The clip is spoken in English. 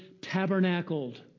tabernacled